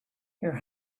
your